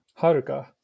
Haruka